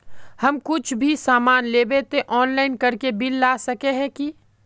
हम कुछ भी सामान लेबे ते ऑनलाइन करके बिल ला सके है की?